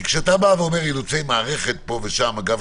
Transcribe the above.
כי כשאתה אומר אילוצי מערכת פה ושם אגב,